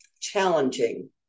challenging